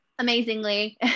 Amazingly